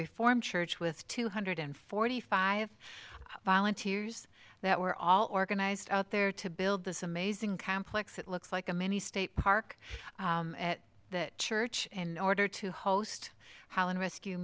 reformed church with two hundred and forty five volunteers that were all organized out there to build this amazing complex it looks like a mini state park at the church in order to host and rescue